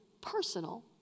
personal